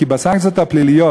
כי בסנקציות הפליליות,